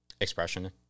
expression